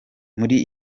muri